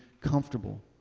comfortable